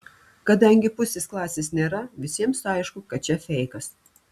kadangi pusės klasės nėra visiems aišku kad čia feikas